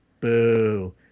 boo